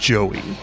Joey